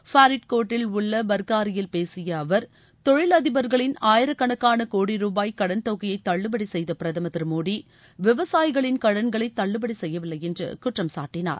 ஃபரித்கோட்டில் உள்ள பர்காரியில் பேசிய அவர் தொழிலதிபர்களின் ஆயிரக்கணக்கான கோடி ருபாய் கடன்தொகையை தள்ளுபடி செய்த பிரதமர் திரு மோடி விவசாயிகளின் கடன்களை தள்ளபடி செய்யவில்லை என்று குற்றம் சாட்டினார்